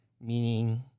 meaning